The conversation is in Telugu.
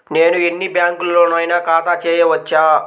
నేను ఎన్ని బ్యాంకులలోనైనా ఖాతా చేయవచ్చా?